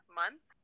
month